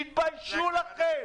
תתביישו לכם.